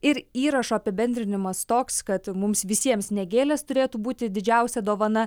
ir įrašo apibendrinimas toks kad mums visiems ne gėlės turėtų būti didžiausia dovana